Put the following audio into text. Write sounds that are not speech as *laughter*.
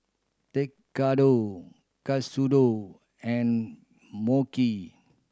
Tekkadon Katsudon and *unintelligible*